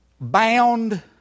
bound